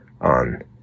on